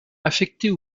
affectées